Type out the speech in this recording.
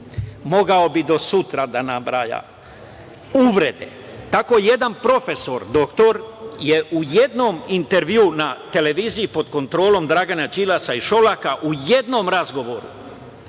citat. Mogao bih do sutra da nabrajam uvrede, tako jedan profesor, doktor je u jednom intervjuu na televiziji pod kontrolom Dragana Đilasa i Šolaka, u jednom razgovoru,